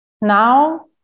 now